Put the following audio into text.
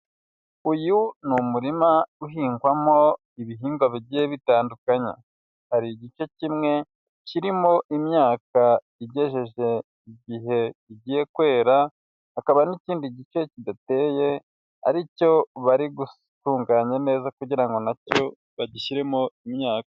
Uyu ni umurima uhingwamo ibihingwa bigiye bitandukanye, hari igice kimwe kirimo imyaka igejeje igihe igiye kwera, hakaba n'ikindi gice kidateye ari cyo bari gutunganya neza kugira ngo na cyo bagishyiremo imyaka.